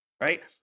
Right